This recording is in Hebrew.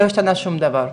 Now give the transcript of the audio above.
לא השתנה שום דבר,